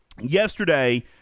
yesterday